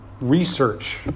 research